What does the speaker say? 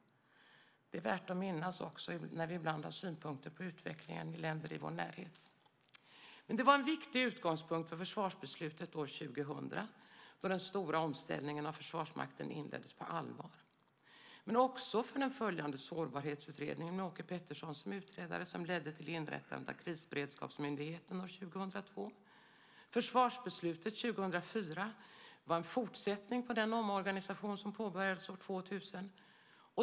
Det är värt att minnas när vi ibland har synpunkter på utvecklingen i länder i vår närhet. Det var en viktig utgångspunkt för försvarsbeslutet år 2000 då den stora omställningen av Försvarsmakten inleddes på allvar men också för den följande Sårbarhetsutredningen med Åke Pettersson som utredare. Den ledde till inrättandet av Krisberedskapsmyndigheten år 2002. Försvarsbeslutet 2004 var en fortsättning på den omorganisation som påbörjades år 2000.